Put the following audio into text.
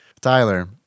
Tyler